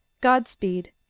Godspeed